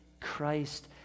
Christ